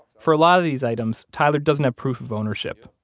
for a lot of these items, tyler doesn't have proof of ownership,